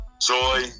joy